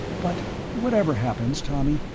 but whatever happens, tommy,